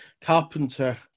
Carpenter